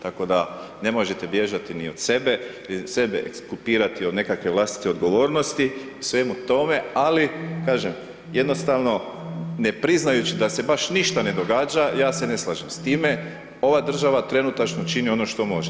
Tako da ne možete bježati ni od sebe, sebe ekskulpirati od nekakve vlastite odgovornosti u svemu tome ali kažem jednostavno ne priznajući da se baš ništa ne događa, ja se ne slažem s tima, ova država trenutačno čini ono što može.